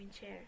chair